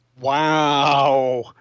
Wow